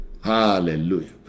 hallelujah